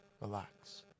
relax